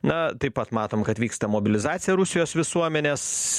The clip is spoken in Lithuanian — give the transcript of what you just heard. na taip pat matom kad vyksta mobilizacija rusijos visuomenės